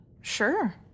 Sure